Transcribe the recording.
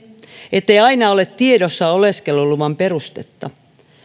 ettei aina ole tiedossa oleskeluluvan perustetta